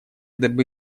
дабы